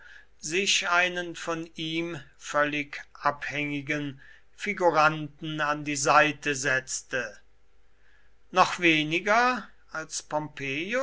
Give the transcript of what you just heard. sich einen von ihm völlig abhängigen figuranten an die seite setzte noch weniger als